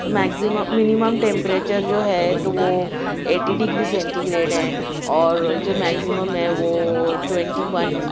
maximum minimum temperature جو ہے تو وہ ایٹی ڈگری سینٹی گریڈ ہے اور جو میگزیمم ہے وہ ٹوئنٹی وَن